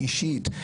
אישית.